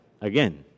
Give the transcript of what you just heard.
Again